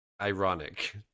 ironic